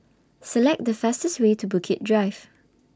Select The fastest Way to Bukit Drive